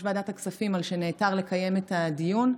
ועדת הכספים על שנעתר לקיים את הדיון.